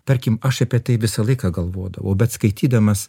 tarkim aš apie tai visą laiką galvodavau bet skaitydamas